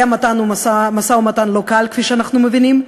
היה משא-ומתן לא קל, כפי שאנחנו מבינים,